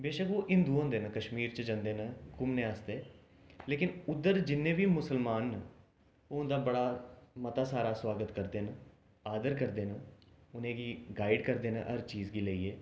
बेशक ओह् हिंदू होंदे न कश्मीर च जंदे न घुम्मने आस्तै लेकिन उद्धर जिन्ने बी मुस्लमान न ओह् उंदा बड़ा मता सारा सुआगत करदे न आदर करदे न उनें गी गाइड करदे न हर चीज गी लेइयै